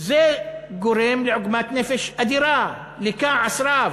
זה גורם לעוגמת נפש אדירה, לכעס רב.